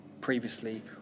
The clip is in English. previously